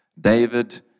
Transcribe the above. David